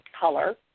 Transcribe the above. color